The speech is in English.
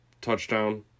touchdown